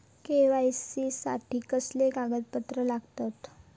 KYC साठी कसली कागदपत्र लागतत?